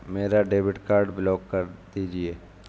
मेरा debit card block कर दीजिए